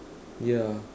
yeah